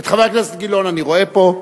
את חבר הכנסת גילאון אני רואה פה.